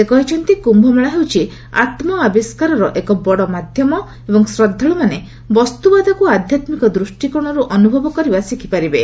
ସେ କହିଛନ୍ତି କୁମ୍ଭମେଳା ହେଉଛି ଆତ୍ମଆବିଷ୍କାରର ଏକ ବଡ଼ ମାଧ୍ୟମ ଏବଂ ଶ୍ରଦ୍ଧାଳୁମାନେ ବସ୍ତୁବାଦକୁ ଆଧ୍ୟାତ୍ମିକ ଦୃଷ୍ଟିକୋଣରୁ ଅନୁଭବ କରିବା ଶିଖିପାରିବେ